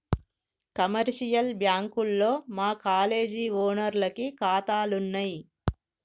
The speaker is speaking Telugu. కమర్షియల్ బ్యాంకుల్లో మా కాలేజీ ఓనర్లకి కాతాలున్నయి